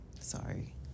Sorry